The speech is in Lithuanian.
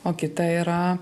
o kita yra